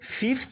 Fifth